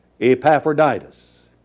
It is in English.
Epaphroditus